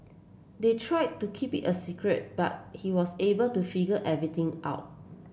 they tried to keep it a secret but he was able to figure everything out